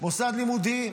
מוסד לימודי,